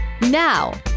now